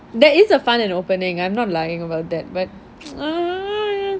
there is a fun in opening I'm not lying about that but